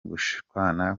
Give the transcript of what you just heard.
gushwana